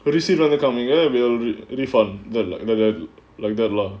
the receipt rather coming air will refund the like the like that lah